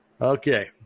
okay